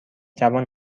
جوان